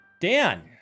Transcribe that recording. Dan